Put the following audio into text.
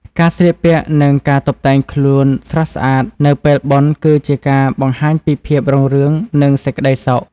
ការស្លៀកពាក់និងការតុបតែងខ្លួនស្រស់ស្អាតនៅពេលបុណ្យគឺជាការបង្ហាញពីភាពរុងរឿងនិងសេចក្ដីសុខ។